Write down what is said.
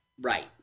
Right